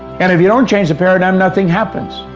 and if you don't change the paradigm, nothing happens.